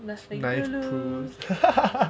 nothing to lose